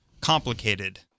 complicated